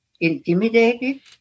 Intimidated